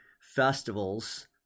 festivals